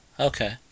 Okay